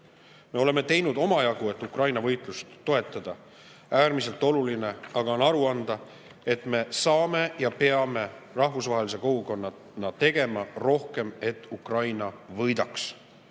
Me oleme teinud omajagu, et Ukraina võitlust toetada. Äärmiselt oluline aga on enestele aru anda, et me saame teha ja peame rahvusvahelise kogukonnana tegema rohkem, et Ukraina võidaks.